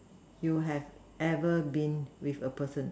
you have ever been with a person